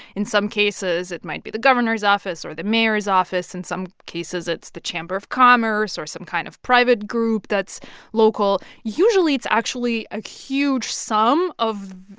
in some cases, it might be the governor's office or the mayor's office. in some cases, it's the chamber of commerce or some kind of private group that's local. usually, it's actually a huge sum of,